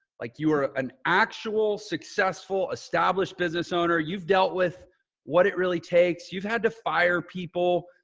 like you are an actual successful established business owner. you've dealt with what it really takes. you've had to fire people.